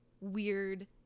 weird